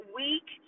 week